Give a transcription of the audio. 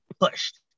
pushed